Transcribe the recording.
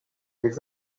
les